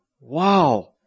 wow